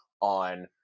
on